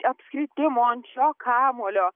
apskritimo ant šio kamuolio